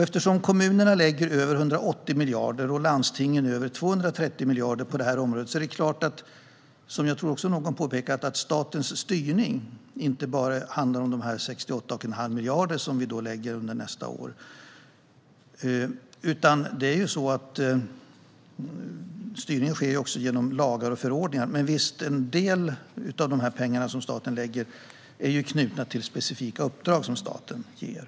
Eftersom kommunerna lägger över 180 miljarder och landstingen över 230 miljarder på detta område är det klart, som någon påpekade, att statens styrning inte bara handlar om dessa 68,5 miljarder som tillförs under nästa år. Styrningen sker också genom lagar och förordningar. Men en del av de pengar som staten tillför är knutna till specifika uppdrag som staten ger.